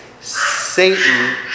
Satan